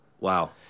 Wow